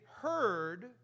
heard